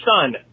son